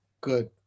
Good